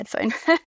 Headphone